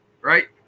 right